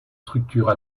structures